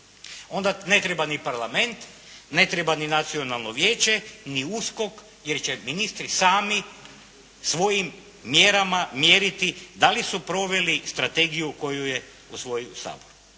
Onda ne treba ni Parlament, ne treba ni Nacionalno vijeće, ni USKOK, jer će ministri sami svojim mjerama mjeriti da li su proveli strategiju koju je usvojio Sabor.